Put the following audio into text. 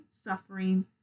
suffering